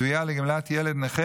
אומן יוכל להגיש תביעה לגמלת ילד נכה